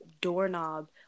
doorknob